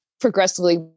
progressively